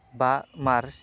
बा मार्च